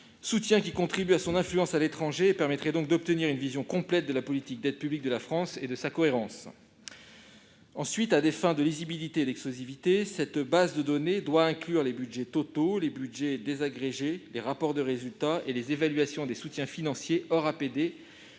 soutiens qui contribuent à son influence à l'étranger. Cela permettrait d'avoir une vision complète de la politique d'aide publique de la France et de sa cohérence. Ensuite, à des fins de lisibilité et d'exhaustivité, cette base de données doit inclure les budgets totaux, les budgets désagrégés, les rapports de résultats et les évaluations des soutiens financiers hors APD